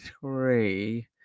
three